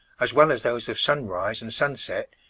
as well as those of sunrise and sunset,